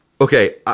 okay